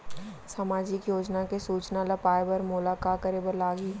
सामाजिक योजना के सूचना ल पाए बर मोला का करे बर लागही?